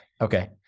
Okay